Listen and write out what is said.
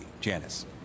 Janice